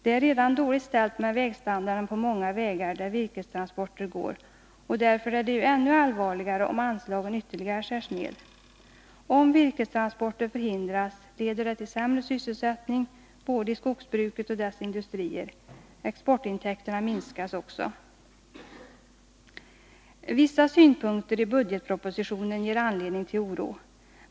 Det är redan dåligt ställt med vägstandarden på många vägar där virkestransporter går, och därför är det ännu allvarligare om anslagen ytterligare skärs ned. Om virkestransporter förhindras, leder det till sämre sysselsättning både i skogsbruket och i dess industrier. Exportintäkterna minskas också. Vissa synpunkter i budgetpropositionen ger anledning till oro.